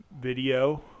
video